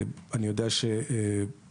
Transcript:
אני יודע שהממשלה,